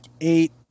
eight